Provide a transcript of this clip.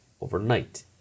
overnight